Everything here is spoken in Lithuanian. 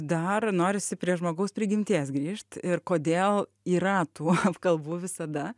dar norisi prie žmogaus prigimties grįžti ir kodėl yra tų apkalbų visada